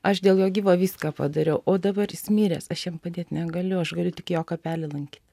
aš dėl jo gyvo viską padariau o dabar jis miręs aš jam padėt negaliu aš galiu tik jo kapelį lankyt